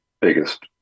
biggest